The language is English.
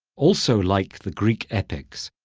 also like the greek epics,